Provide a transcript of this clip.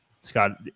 scott